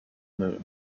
moon